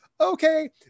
Okay